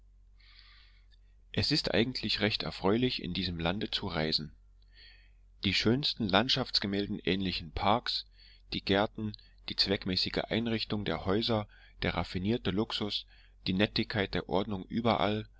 es ist eigentlich recht erfreulich in diesem lande zu reisen die schönsten landschaftsgemälden ähnlichen parks die gärten die zweckmäßige einrichtung der häuser der raffinierte luxus die nettigkeit der ordnung überall